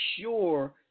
sure